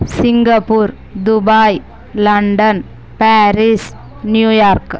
Singapore Dubai London Paris New York